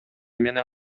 менен